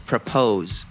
propose